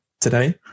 today